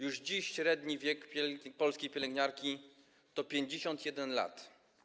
Już dziś średni wiek polskiej pielęgniarki to 51 lat.